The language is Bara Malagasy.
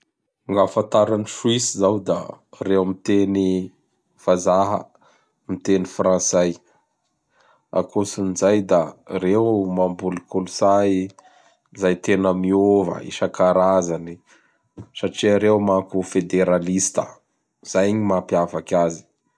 Gn'afara gn Suisse izao da reo miteny vazaha. Reo miteny Frantsay. Ankoatsin'izay da reo mamboly kolo-tsay zay tena miova isan-karazany, satria reo manko Federalista. Zay gn mampiavaky azy.